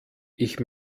ich